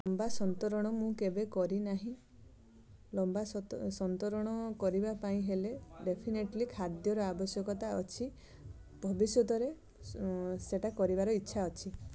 ଲମ୍ବା ସନ୍ତରଣ ମୁଁ କେବେ କରିନାହିଁ ଲମ୍ବା ସନ୍ତରଣ କରିବା ପାଇଁ ହେଲେ ଡେଫିନାଇଟଲି ଖାଦ୍ୟର ଆବଶ୍ୟକତା ଅଛି ଭବିଷ୍ୟତରେ ସେଇଟା କରିବାର ଇଚ୍ଛା ଅଛି